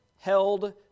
held